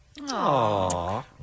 Aww